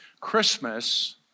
Christmas